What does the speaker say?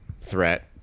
threat